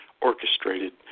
orchestrated